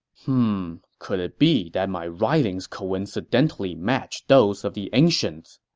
um could it be that my writings coincidentally match those of the ancients?